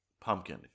Pumpkin